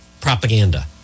propaganda